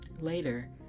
Later